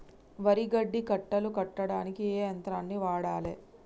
వరి గడ్డి కట్టలు కట్టడానికి ఏ యంత్రాన్ని వాడాలే?